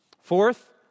Fourth